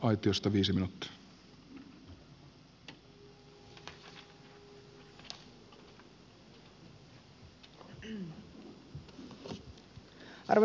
arvoisa herra puhemies